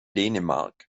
dänemark